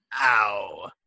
ow